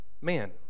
man